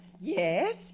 Yes